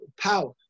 power